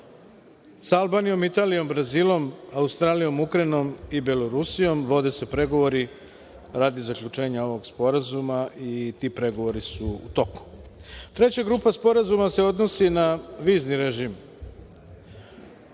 Sa Albanijom, Italijom, Brazilom, Australijom, Ukrajinom i Belorusijom vode se pregovori radi zaključenja ovog sporazuma i ti pregovori su u toku. Treća grupa sporazuma se odnosi na vizni režim.